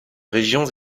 régions